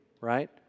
right